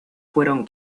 fueron